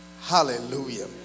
hallelujah